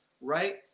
Right